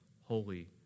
holy